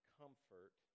comfort